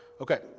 Okay